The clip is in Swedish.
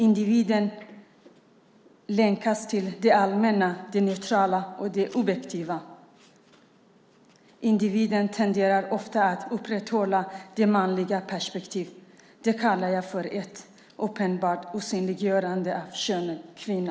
Individen länkas till det allmänna, det neutrala och det objektiva. Individen tenderar ofta att upprätthålla det manliga perspektivet. Det kallar jag ett uppenbart osynliggörande av könet kvinna.